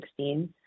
2016